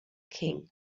king